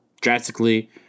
drastically